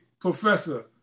professor